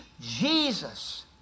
Jesus